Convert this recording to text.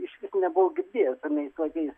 išvis nebuvau girdėjęs anais laikais